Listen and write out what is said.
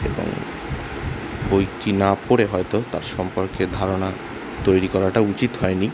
এবং বইটি না পড়ে হয়তো তার সম্পর্কে ধারণা তৈরি করাটা উচিত হয় নি